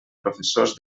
professors